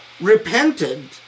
repented